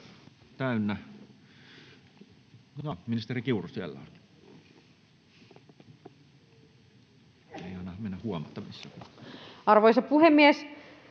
Arvoisa puhemies!